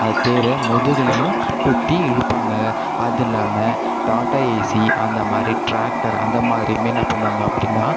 அதை தேரை முதுகுலையும் குத்தி இழுப்பாங்கங்க அது இல்லாம டாட்டா ஏசி அந்த மாரி ட்ராக்டர் அந்தமாதிரியுமே என்ன பண்ணுவாங்க அப்படின்னா